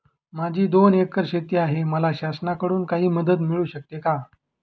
माझी दोन एकर शेती आहे, मला शासनाकडून काही मदत मिळू शकते का?